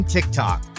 TikTok